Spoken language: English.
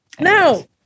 no